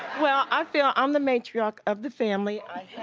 well, i feel i'm the matriarch of the family.